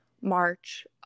march